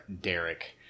Derek